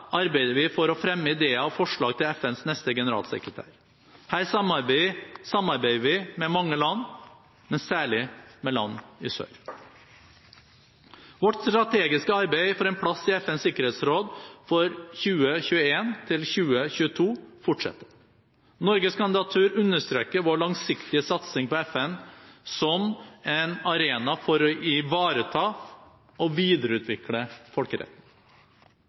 arbeider vi for å fremme ideer og forslag til FNs neste generalsekretær. Her samarbeider vi med mange land, men særlig med land i sør. Vårt strategiske arbeid for en plass i FNs sikkerhetsråd for 2021–2022 fortsetter. Norges kandidatur understreker vår langsiktige satsing på FN som en arena for å ivareta og videreutvikle folkeretten.